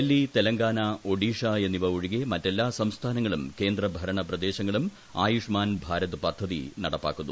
ഡൽഹി തെലങ്കാന ഒഡീഷ എന്നിവ ഒഴികെ മറ്റെല്ലാ സംസ്ഥാനങ്ങളും കേന്ദ്ര ഭരണ പ്രദേശങ്ങളും ആയുഷ്മാൻ ഭാരത് പദ്ധതി നടപ്പാക്കുന്നു